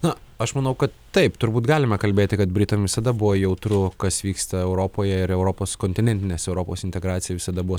na aš manau kad taip turbūt galima kalbėti kad britams visada buvo jautru kas vyksta europoje ir europos kontinentinės europos integracija visada buvo